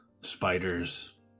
spiders